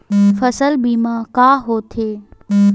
फसल बीमा का होथे?